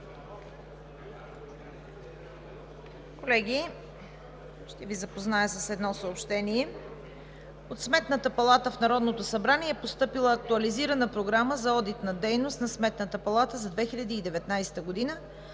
Откривам заседанието. Съобщение: От Сметната палата в Народното събрание е постъпила Актуализирана програма за одитната дейност на Сметната палата за 2019 г.